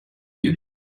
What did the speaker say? you